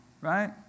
right